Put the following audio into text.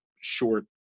short